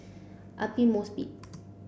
Aidli Mosbit